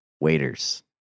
waiters